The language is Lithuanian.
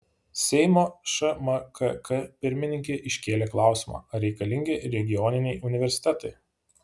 seimo šmkk pirmininkė iškėlė klausimą ar reikalingi regioniniai universitetai